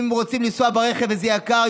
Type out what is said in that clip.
אם רוצים לנסוע ברכב וזה יקר,